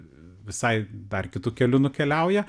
visai dar kitu keliu nukeliauja